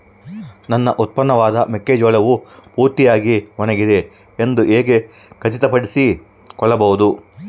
ನನ್ನ ಉತ್ಪನ್ನವಾದ ಮೆಕ್ಕೆಜೋಳವು ಪೂರ್ತಿಯಾಗಿ ಒಣಗಿದೆ ಎಂದು ಹೇಗೆ ಖಚಿತಪಡಿಸಿಕೊಳ್ಳಬಹುದು?